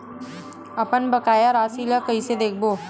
अपन बकाया राशि ला कइसे देखबो?